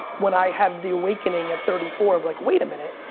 when i had the awakening at thirty four of like, wait a minute,